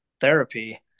therapy